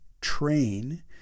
train